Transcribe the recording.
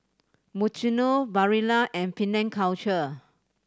Mizuno Barilla and Penang Culture